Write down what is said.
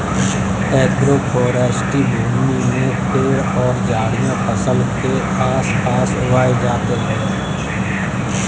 agroforestry भूमि में पेड़ और झाड़ियाँ फसल के आस पास उगाई जाते है